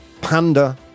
panda